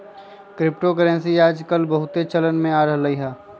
crypto currency याजकाल बहुते चलन में आ रहल हइ